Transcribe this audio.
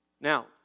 Now